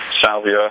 Salvia